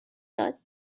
داد